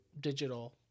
digital